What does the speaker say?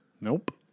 Nope